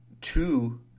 two